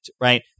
Right